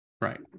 Right